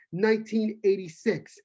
1986